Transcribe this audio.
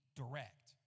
direct